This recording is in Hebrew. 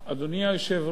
אדוני היושב-ראש,